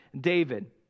David